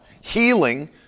healing